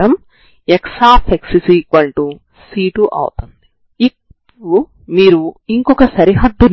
దీనిని ఇక్కడ మీరు కావాలంటే లేదా ఈ త్రిభుజం లోపల ఏదైనా పరిష్కారం కావాలనుకుంటే